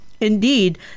Indeed